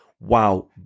wow